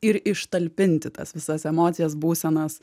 ir ištalpinti tas visas emocijas būsenas